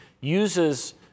uses